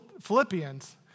Philippians